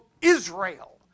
Israel